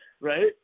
Right